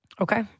Okay